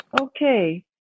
Okay